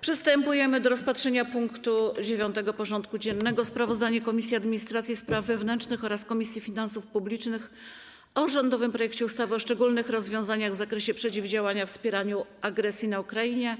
Przystępujemy do rozpatrzenia punktu 9. porządku dziennego: Sprawozdanie Komisji Administracji i Spraw Wewnętrznych oraz Komisji Finansów Publicznych o rządowym projekcie ustawy o szczególnych rozwiązaniach w zakresie przeciwdziałania wspieraniu agresji na Ukrainę